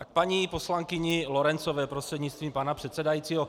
A k paní poslankyni Lorencové prostřednictvím pana předsedajícího.